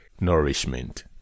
nourishment